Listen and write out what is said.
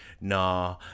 nah